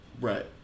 Right